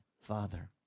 father